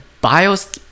bios